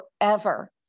forever